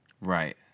Right